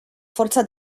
forza